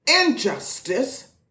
injustice